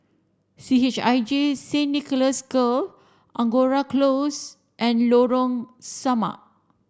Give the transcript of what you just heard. C H I J Saint Nicholas Girl Angora Close and Lorong Samak